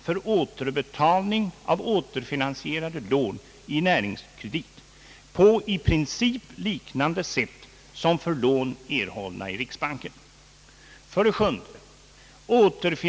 för återbetalning av återfinansierade lån i Näringskredit på i princip liknande sätt som för lån erhållna i riksbanken.